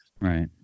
Right